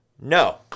no